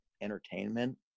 entertainment